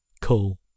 cool